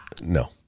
No